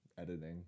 editing